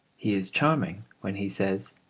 he is charming when he says,